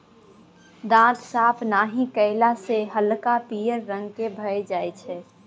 दांत साफ नहि कएला सँ हल्का पीयर रंग केर भए जाइ छै